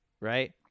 Right